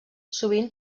sovint